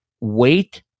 wait